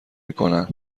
میکنن